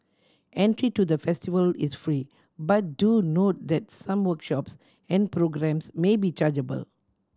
entry to the festival is free but do note that some workshops and programmes may be chargeable